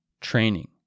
Training